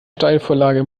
steilvorlage